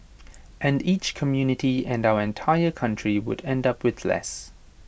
and each community and our entire country would end up with less